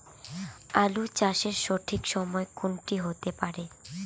আলু চাষের সঠিক সময় কোন টি হতে পারে?